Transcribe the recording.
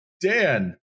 Dan